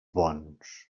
bons